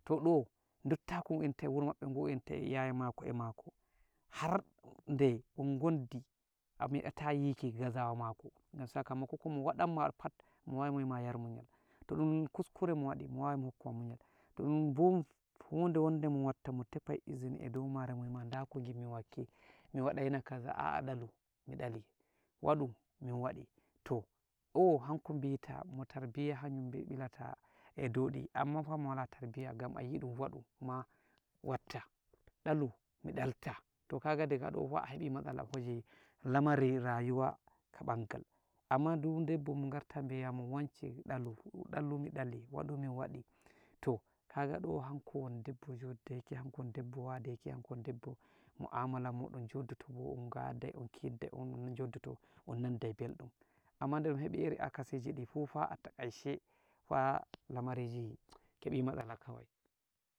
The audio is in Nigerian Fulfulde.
Toh do, dottaku enta e wuro maɓɓem enta e iyaye mako, e mako hande ongondi a meɗata yiki gazawa mako, gam sakamako, komo waɗanma pat, mo wawai mo wima yar munyal, toɗum kuskure mowoɗi, mo wawai mo hokkuma munyal, to ɗum bou hude wonde mo watta, mo tefai izini edou mare, mo wima da koo ngimmi wakki, mi waɗaina kaza, aa ɗalu, mi ɗali, waɗi, mi waɗi, toh au hanko bita mo tarbiyya, hanyum bilata e dou di'i amman fah mo wala tarbiyya, gam a yiɗu waɗu, ma, watta ɗalu, mi ɗalta, to kaga diga do fah, a heɓi matsala hoje lamari rayuwa ka bangal, amman do deɓɓo mo ngarta bi'a mo, wance ɗalu, ɗalu, mi ɗali, waɗu , mi waɗa, toh kagaɗo hanko won deɗɗo joɗɗeke, hanko won waɗeki, hanko won deɓɓo, mu'amala mo on njoɗɗoto, bo on ngaɗai, on keɗɗai, on joɗɗoto, on nanɗai belɗum, amman de ɗum heɗi iri akasijiɗi fuh fah, ataikasha, fah lamariji keɓi matsala kawai.